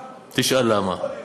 למה?